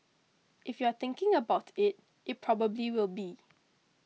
if you're thinking about it it probably will be